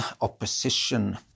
opposition